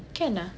can ah